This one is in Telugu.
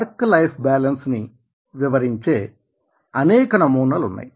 వర్క్ లైఫ్ బ్యాలెన్స్ ని వివరించే అనేక నమూనాలు ఉన్నాయి